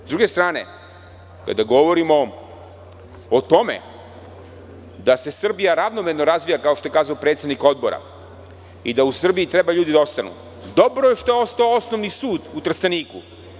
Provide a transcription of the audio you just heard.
S druge strane, kada govorimo o tome da se Srbija ravnomerno razvija, kao što je kazao predsednik Odbora, i da u Srbiji treba ljudi da ostanu, dobro je što je ostao Osnovni sud u Trsteniku.